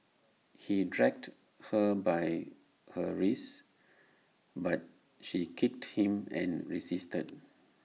he dragged her by her wrists but she kicked him and resisted